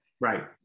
Right